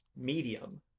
medium